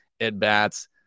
at-bats